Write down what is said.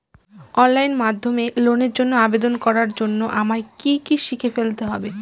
Online মাধ্যমে লোনের জন্য আবেদন করার জন্য আমায় কি কি শিখে ফেলতে হবে?